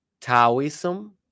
Taoism